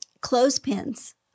clothespins